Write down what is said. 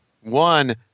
One